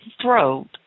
throat